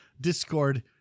Discord